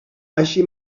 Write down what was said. així